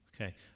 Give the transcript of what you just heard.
okay